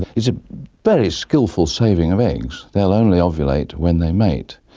it's a very skilful saving of eggs, they'll only ovulate when they mate,